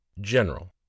general